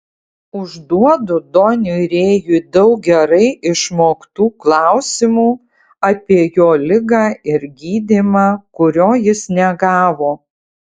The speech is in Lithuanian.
užduodu doniui rėjui daug gerai išmoktų klausimų apie jo ligą ir gydymą kurio jis negavo